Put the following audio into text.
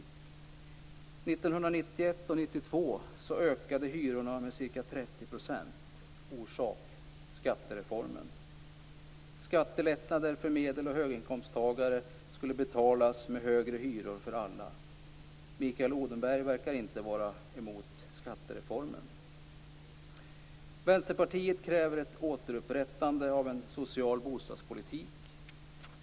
1991 och 1992 ökade hyrorna med ca 30 %. Orsak: skattereformen. Skattelättnader för medel och höginkomsttagare skulle betalas med högre hyror för alla. Mikael Odenberg verkar inte vara emot skattereformen. Vänsterpartiet kräver ett återupprättande av en social bostadspolitik.